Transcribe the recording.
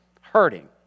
hurting